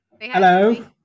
Hello